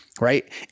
Right